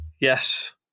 Yes